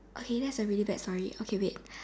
okay that's a really bad story okay wait